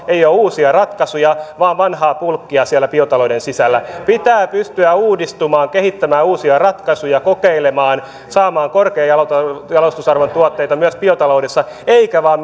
ei ole uusia ratkaisuja vaan vanhaa bulkkia siellä biotalouden sisällä pitää pystyä uudistumaan kehittämään uusia ratkaisuja kokeilemaan saamaan korkean jalostusarvon tuotteita myös biotaloudessa eikä vain